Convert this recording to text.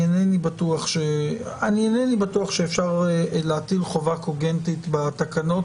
אינני בטוח שאפשר להטיל חובה קוגנטית בתקנות